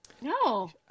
No